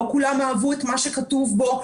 לא כולם אהבו את מה שכתוב בו.